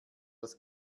als